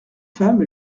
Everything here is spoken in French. femme